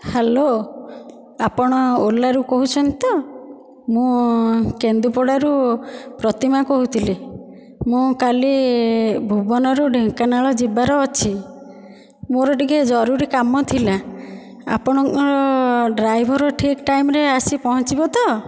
hello ଆପଣ ଓଲାରୁ କହୁଛନ୍ତି ତ ମୁଁ କେନ୍ଦୁପଡ଼ାରୁ ପ୍ରତିମା କହୁଥିଲି ମୁଁ କାଲି ଭୁବନରୁ ଢେଙ୍କାନାଳ ଯିବାର ଅଛି ମୋର ଟିକିଏ ଜରୁରୀ କାମ ଥିଲା ଆପଣଙ୍କର ଡ୍ରାଇଭର୍ ଠିକ୍ ଟାଇମ୍ରେ ଆସି ପହଞ୍ଚିବ ତ